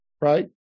right